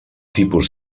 tipus